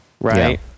right